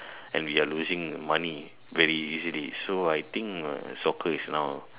and we are losing money very easily so I think soccer is now